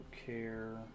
care